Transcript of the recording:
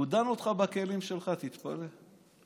הוא דן אותך בכלים שלך, תתפלא.